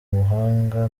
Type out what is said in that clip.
ubuhanga